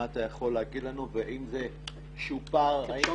מה אתה יכול לומר לי על זה והאם הוא שופר היום?